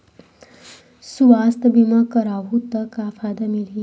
सुवास्थ बीमा करवाहू त का फ़ायदा मिलही?